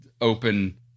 open